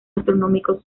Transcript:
astronómicos